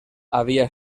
havia